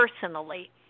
personally